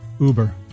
Uber